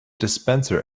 dispenser